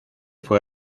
fue